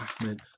Ahmed